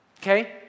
okay